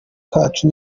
kacu